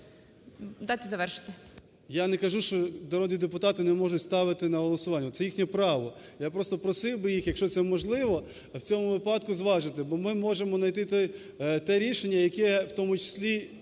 я не кажу, що народні депутати не можуть ставити на голосування, це їхнє право. Я просто просив би їх, якщо це можливо, в цьому випадку зважити, бо ми можемо найти те рішення, яке в тому числі